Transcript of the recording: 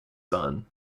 son